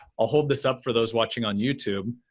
i'll hold this up for those watching on youtube,